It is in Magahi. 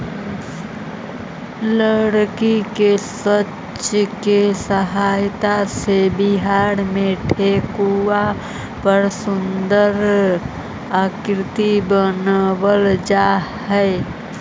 लकड़ी के साँचा के सहायता से बिहार में ठेकुआ पर सुन्दर आकृति बनावल जा हइ